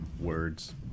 Words